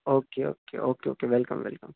okay okay okay okay welcome welcome